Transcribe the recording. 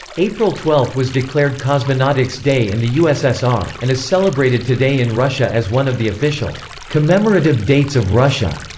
april twelve was declared cosmonautics day in the ussr, and is celebrated today in russia as one of the official commemorative dates of russia.